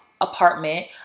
apartment